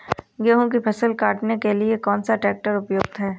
गेहूँ की फसल काटने के लिए कौन सा ट्रैक्टर उपयुक्त है?